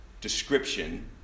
description